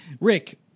Rick